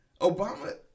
Obama